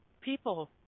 People